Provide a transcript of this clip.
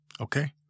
Okay